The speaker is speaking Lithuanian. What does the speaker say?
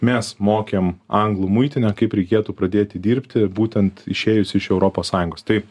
mes mokėm anglų muitinę kaip reikėtų pradėti dirbti būtent išėjus iš europos sąjungos tai